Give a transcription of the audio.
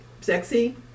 Sexy